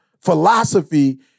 philosophy